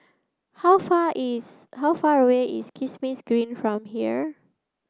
how far is how far away is Kismis Green from here